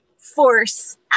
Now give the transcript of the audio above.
force